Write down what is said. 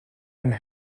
and